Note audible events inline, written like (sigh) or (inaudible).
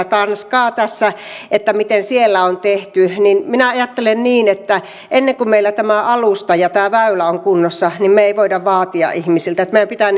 (unintelligible) tanskaa tässä miten siellä on tehty ja minä ajattelen niin että ennen kuin meillä tämä alusta ja tämä väylä on kunnossa niin me emme voi vaatia ihmisiltä meidän pitää (unintelligible)